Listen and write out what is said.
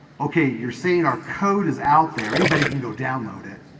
okay, you're saying our code is out there. anybody can go download it,